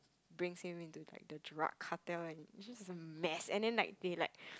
brings him into like the drug cartel and just a mess and then like they like